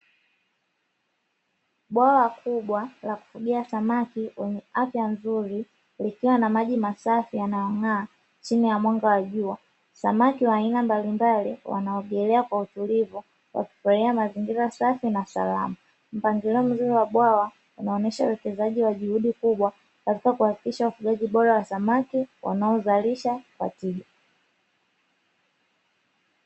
Bwawa kubwa la kufugia samaki lenye afya nzuri likiwa na maji masafi yanayong'aa chini ya mwanga wa jua. Samaki wa aina mbalimbali wanaogelea kwa utulivu wakifurahia mazingira safi na salama. Mpangilio mzuri wa bwana inaonesha uwekezaji wa juhudi kubwa katika kuhakikisha ufugaji bora wa samaki wanaozalisha wateja.